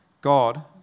God